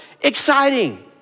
exciting